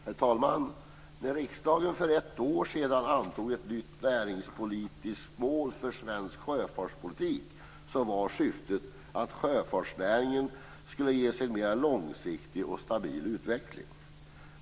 Herr talman! När riksdagen för ett år sedan antog ett nytt näringspolitiskt mål för svensk sjöfartspolitik var syftet att sjöfartsnäringen skulle ges en mer långsiktig och stabil utveckling.